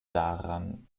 daran